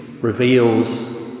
reveals